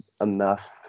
enough